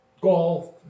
Golf